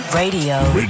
Radio